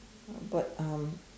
uh but um